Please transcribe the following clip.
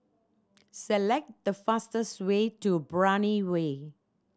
select the fastest way to Brani Way